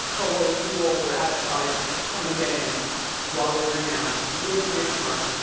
co-hosts, you all were outside coming to get in while they were announced. you didn't miss much.